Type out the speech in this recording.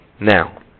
Now